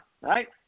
right